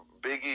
Biggie